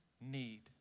need